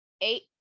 eight